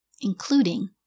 including